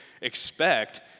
expect